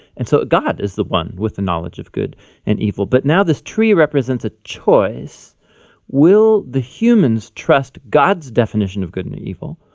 and so god is the one with the knowledge of good and evil. but this tree represents a choice will the human's trust god's definition of good and evil,